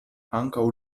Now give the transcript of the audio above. ankaŭ